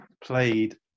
played